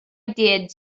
did